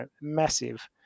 massive